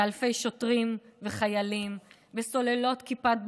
באלפי שוטרים וחיילים, בסוללות כיפת ברזל,